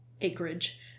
acreage